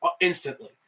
instantly